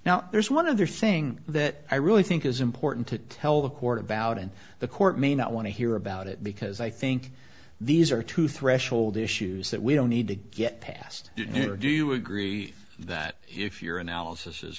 now there's one other thing that i really think is important to tell the court about and the court may not want to hear about it because i think these are two threshold issues that we don't need to get past it or do you agree that if your analysis is